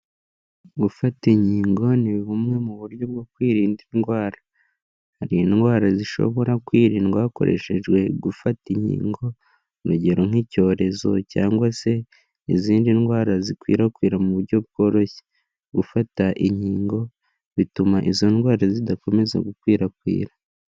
Gufata inkingo ni bumwe mu buryo bwo kwirinda indwara. Hari indwara zishobora kwirindwa hakoreshejwe gufata inkingo, urugero nk'icyorezo cyangwa se izindi ndwara zikwirakwira mu buryo bworoshye. Gufata inkingo bituma izo ndwara zidakomeza gukwirakwira.